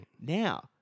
Now